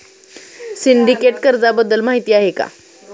Syndicate कर्जाबद्दल माहिती आहे का?